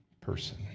person